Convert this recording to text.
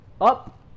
Up